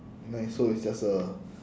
nice so it's just a